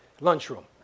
lunchroom